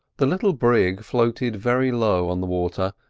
the little brig floated very low on the water,